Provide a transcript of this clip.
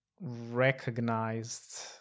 Recognized